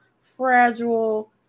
fragile